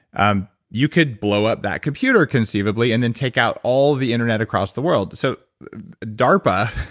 um you could blow up that computer, conceivably, and then take out all the internet across the world so darpa,